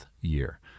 year